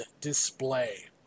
display